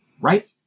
right